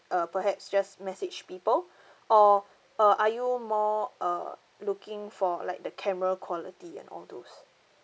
uh perhaps just message people or uh are you more err looking for like the camera quality and all those